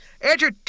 Andrew